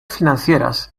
financieras